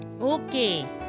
Okay